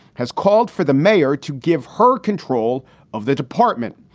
has called for the mayor to give her control of the department,